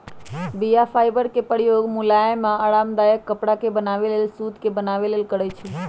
बीया फाइबर के प्रयोग मुलायम आऽ आरामदायक कपरा के बनाबे लेल सुत के बनाबे लेल करै छइ